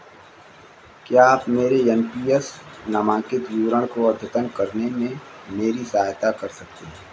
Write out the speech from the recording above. क्या आप मेरे एन पी एस नामांकित विवरण को अद्यतन करने में मेरी सहायता कर सकते हैं